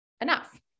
enough